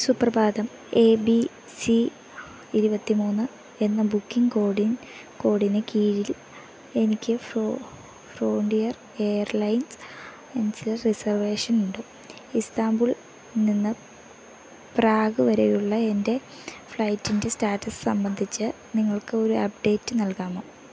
സുപ്രഭാതം A B C ഇരുപത്തി മൂന്ന് എന്ന ബുക്കിങ് കോഡിനു കീഴിൽ എനിക്ക് ഫ്രോണ്ടിയർ എയർലൈൻസ് ഇന്റെ റിസർവേഷനുണ്ട് ഇസ്താമ്പുളില് നിന്ന് പ്രാഗ് വരെയുള്ള എന്റെ ഫ്ലൈറ്റിന്റെ സ്റ്റാറ്റസ് സംബന്ധിച്ച് നിങ്ങൾക്ക് ഒരപ്ഡേറ്റ് നൽകാമോ